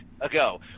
ago